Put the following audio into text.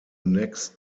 next